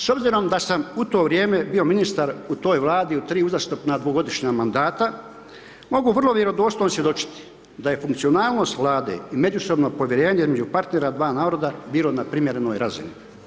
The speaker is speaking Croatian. S obzirom da sam u to vrijeme bio ministar u toj vladi u tri uzastopna dvogodišnja mandata, mogu vrlo vjerodostojno svjedočiti da je funkcionalnost vlade i međusobno povjerenje između partnera dva narod bilo na primjerenoj razini.